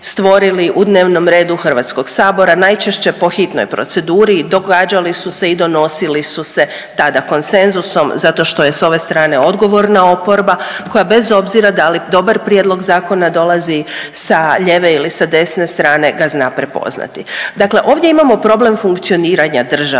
u dnevnom redu HS, najčešće po hitnoj proceduri. Događali su se i donosili su se tada konsenzusom zato što je s ove strane odgovorna oporba koja bez obzira da li dobar prijedlog zakona dolazi sa lijeve ili sa desne strane ga zna prepoznati. Dakle ovdje imamo problem funkcioniranja države,